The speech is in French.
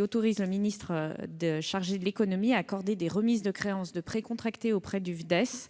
autorise le ministre chargé de l'économie à accorder des remises de créances de prêts contractés auprès du FDES